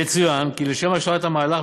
יצוין כי לשם השלמת המהלך,